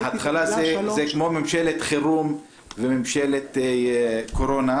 ההתחלה זה כמו ממשלת חירום וממשלת קורונה,